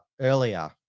earlier